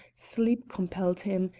sleep compelled him,